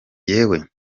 jyewe